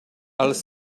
els